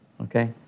Okay